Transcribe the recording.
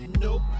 Nope